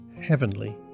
heavenly